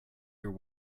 your